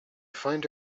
find